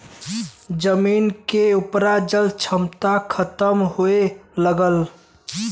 जमीन के उपराजल क्षमता खतम होए लगल